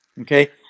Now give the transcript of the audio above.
Okay